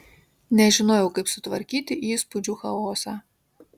nežinojau kaip sutvarkyti įspūdžių chaosą